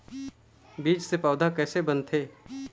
बीज से पौधा कैसे बनथे?